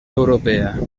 europea